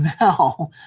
now